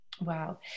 Wow